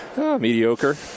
Mediocre